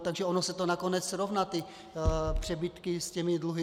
Takže ono se to nakonec srovná, ty přebytky s těmi dluhy.